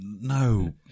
no